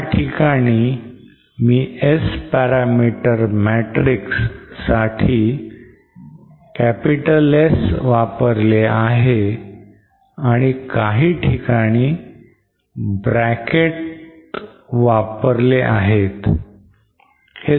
या ठिकाणी मी S parameter matrix साठी S वापरले आहे आणि काही ठिकाणी bracket वापरले आहेत